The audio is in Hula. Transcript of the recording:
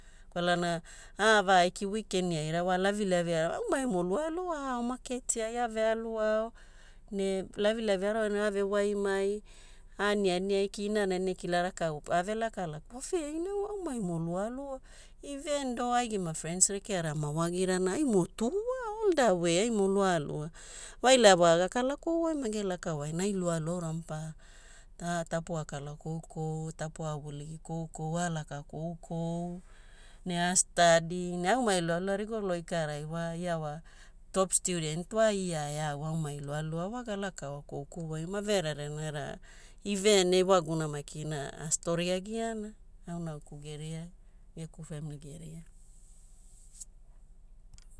Kwalana avaiki weekend aira wa lavilaviai aumaimo lualua aao maketi ai ave aluao ne lavilavi aro ene avewaimai, aniani aiki, inana ene kila rakau ave lakalaka, waveaina aumai mo lualua. Evet hough gema friends rekeara mawagira na aimo two wa, all the way, aimo lualua. Waila wa gakala kouwai mage lakawai na ai lualua aura maparara. A tapua kala koukou, tapua vuligi koukou, alaka koukou ne astudy ne aumai lualua rigolo ikarai wa, ia wa top student wa ia e au, aumai lualua wa, galakaoa koukouwai mavererena era even ewaguna makina astori agiana au nauku geriai geku family geriai.